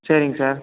சரிங் சார்